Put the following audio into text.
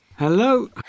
Hello